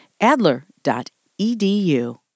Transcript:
Adler.edu